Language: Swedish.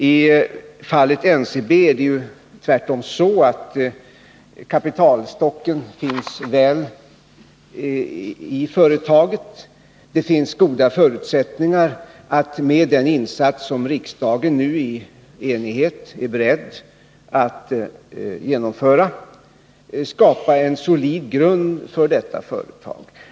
I fallet NCB är det tvärtom så att kapitalstocken finns i företaget. Det finns goda förutsättningar att med den insa 5 som riksdagen nu i enighet är beredd att genomföra skapa en solid grund för detta företag.